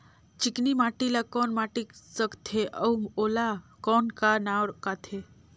चिकनी माटी ला कौन माटी सकथे अउ ओला कौन का नाव काथे?